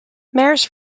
maris